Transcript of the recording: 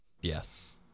Yes